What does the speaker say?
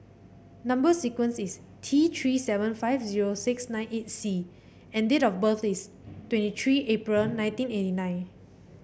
number sequence is T Three seven five zero six nine eight C and date of birth is twenty three April nineteen eighty nine